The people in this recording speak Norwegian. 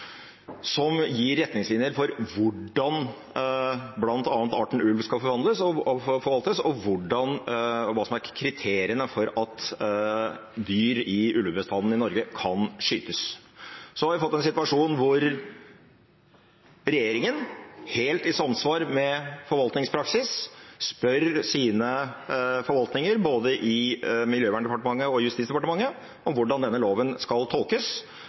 som gir retningslinjer for hvordan bl.a. arten ulv skal forvaltes, og hva som er kriteriene for at dyr i ulvebestanden i Norge kan skytes. Så har vi fått en situasjon hvor regjeringen helt i samsvar med forvaltningspraksis spør sine forvaltninger både i Miljødepartementet og Justisdepartementet om hvordan denne loven skal tolkes,